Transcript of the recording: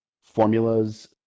formulas